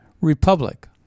republic